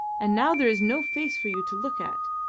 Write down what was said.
and now there is no face for you to look at.